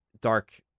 dark